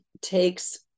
Takes